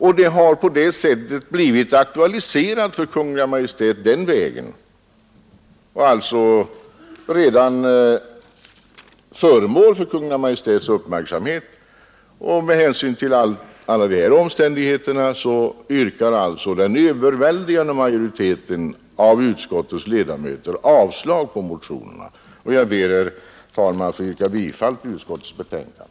På detta sätt har frågan blivit aktualiserad och föremål för Kungl. Maj:ts uppmärksamhet. Med hänsyn till dessa omständigheter yrkar den överväldigande majoriteten av utskottets ledamöter avslag på motionen, Jag ber, herr talman, att få yrka bifall till utskottets hemställan.